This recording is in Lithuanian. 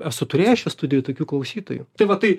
esu turėjęs čia studijoj tokių klausytojų tai va tai